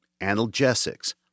analgesics